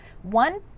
one